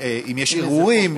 אם יש אירועים,